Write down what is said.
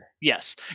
Yes